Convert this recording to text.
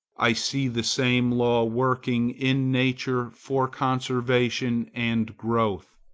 i see the same law working in nature for conservation and growth.